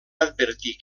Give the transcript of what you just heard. advertir